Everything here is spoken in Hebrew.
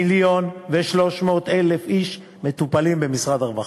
מיליון ו-300,000 איש מטופלים במשרד הרווחה,